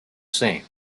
same